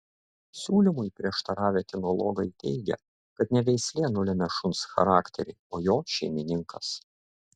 siūlymui prieštaravę kinologai teigia kad ne veislė nulemia šuns charakterį o jo šeimininkas